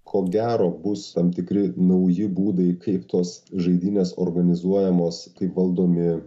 ko gero bus tam tikri nauji būdai kaip tos žaidynės organizuojamos kaip valdomi